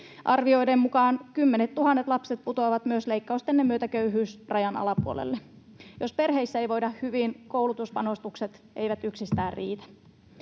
Arvioiden mukaan kymmenettuhannet lapset putoavat myös leikkaustenne myötä köyhyysrajan alapuolelle. Jos perheissä ei voida hyvin, koulutuspanostukset eivät yksistään riitä.